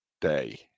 Day